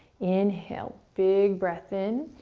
inhale, big breath in